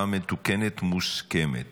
אושרה בקריאה